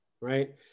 right